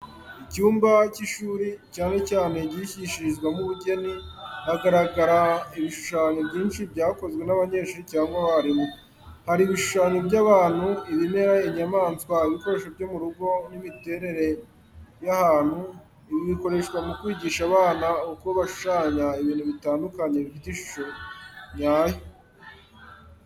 Icyumba cy’ishuri, cyane cyane icyigishirizwamo ubugeni . Haragaragara ibishushanyo byinshi byakozwe n'abanyeshuri cyangwa abarimu. Hari ibishushanyo by’abantu, ibimera, inyamaswa, ibikoresho byo mu rugo n’imiterere y’ahantu ibi bikoreshwa mu kwigisha abana uko bashushanya ibintu bitandukanye bifite ishusho nyayo.